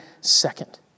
second